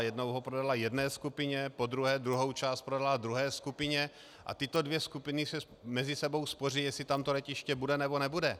Jednou ho prodala jedné skupině, podruhé druhou část prodala druhé skupině a tyto dvě skupiny se mezi sebou sváří, jestli tam to letiště bude, nebo nebude.